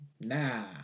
nah